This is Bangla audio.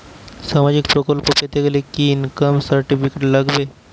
সামাজীক প্রকল্প পেতে গেলে কি ইনকাম সার্টিফিকেট লাগবে?